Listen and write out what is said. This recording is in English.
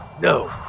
NO